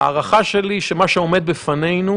הערכה שלי היא שמה שעמד בפנינו,